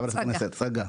ח"כ צגה,